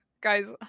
Guys